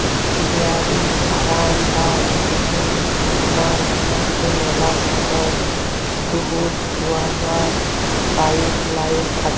dairy farm বা দুহুদের খামার গুলাতে ম্যালা সময় দুহুদ দুয়াবার পাইপ লাইল থ্যাকে